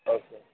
okay